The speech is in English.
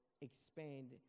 expand